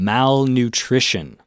Malnutrition